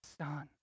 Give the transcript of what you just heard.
Son